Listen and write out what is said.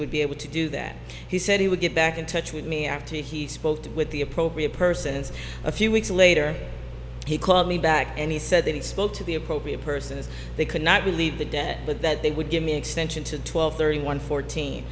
would be able to do that he said he would get back in touch with me after he spoke with the appropriate person and a few weeks later he called me back and he said that he spoke to the appropriate person and they could not believe the debt but that they would give me an extension to twelve thirty one fourteen